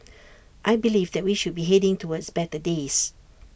I believe that we should be heading towards better days